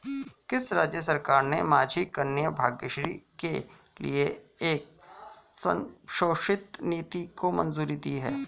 किस राज्य सरकार ने माझी कन्या भाग्यश्री के लिए एक संशोधित नीति को मंजूरी दी है?